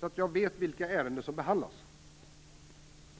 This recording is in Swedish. och vet vilka ärenden som där behandlas.